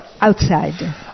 outside